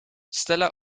stella